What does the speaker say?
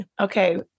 Okay